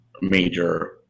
major